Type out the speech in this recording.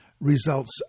results